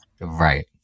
Right